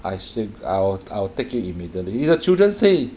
I see~ I'll take you immediately if the children say